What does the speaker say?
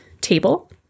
table